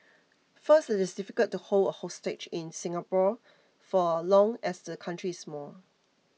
first it is difficult to hold a hostage in Singapore for long as the country is small